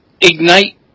ignite